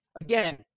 again